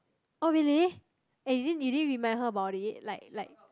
oh really and you didn't you didn't remind her about it like like